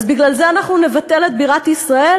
אז בגלל זה אנחנו נבטל את בירת ישראל?